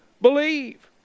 believe